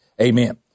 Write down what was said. Amen